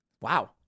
Wow